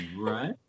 right